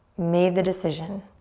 made the decision,